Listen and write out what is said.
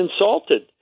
insulted